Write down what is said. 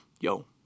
yo